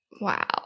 Wow